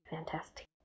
Fantastic